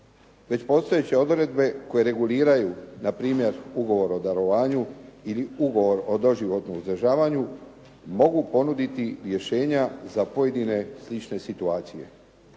Već postojeće odredbe koje reguliraju na primjer ugovor o darovanju ili ugovor o doživotnom uzdržavanju mogu ponuditi rješenja za pojedine slične situacije.